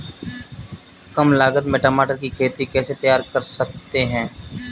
कम लागत में टमाटर की खेती कैसे तैयार कर सकते हैं?